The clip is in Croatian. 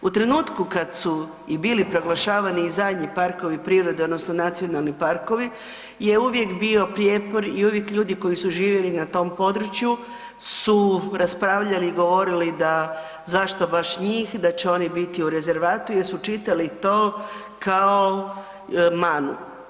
U trenutku kad su i bili proglašavani i zadnji parkovi prirode odnosno nacionalni parkovi je uvijek bio prijepor i uvijek ljudi koji su živjeli na tom području su raspravljali i govorili da zašto baš njih, da će oni biti u rezervatu jer su čitali to kao manu.